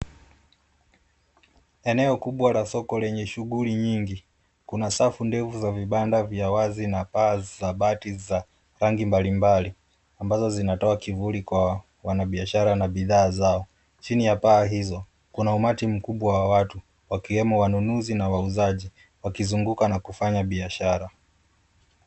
Eneo kubwa la soko lenye shughuli nyingi. Kuna safu ndefu za vibanda vya wazi na paa za bati za rangi mbali mbali, ambao zinatoa kivuli kwa wanabiashara na bidhaa zao. Chini ya paa hizo, kuna umati mkubwa wa watu, wakiwemo wanunuzi na wauzaji, wakizunguka na kufanya biashara.